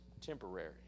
temporary